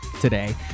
today